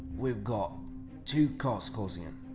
we've got two cars closing in.